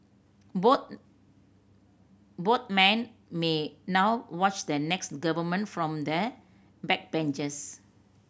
both both men may now watch the next government from the backbenches